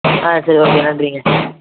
ஆ சரி ஓகே நன்றிங்க